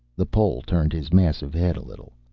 the pole turned his massive head a little.